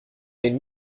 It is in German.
den